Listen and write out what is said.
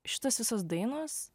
šitos visos dainos